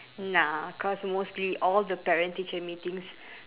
nah cause mostly all the parent teacher meetings